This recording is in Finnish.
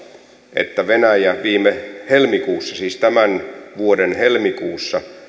että venäjä viime helmikuussa siis tämän vuoden helmikuussa